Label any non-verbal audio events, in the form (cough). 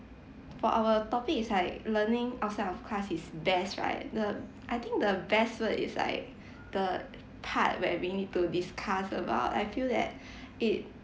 for our topic is like learning outside of class is best right the I think the best word is like (breath) the part where we need to discuss about I feel that (breath) it